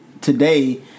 today